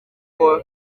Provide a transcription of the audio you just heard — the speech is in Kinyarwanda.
uko